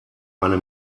eine